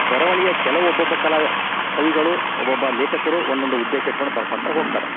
ಬರವಣಿಗೆ ಕೆಲವೊಬ್ಬೊಬ್ಬ ಕಲಾ ಕವಿಗಳು ಒಬೊಬ್ಬ ಲೇಕಕರು ಒಂದೊಂದು ಉದ್ದೇಶ ಇಟ್ಕೊಂಡು ಬರ್ಕೊತ ಹೋಗ್ತಾರೆ